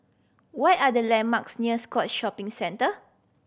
what are the landmarks near Scotts Shopping Centre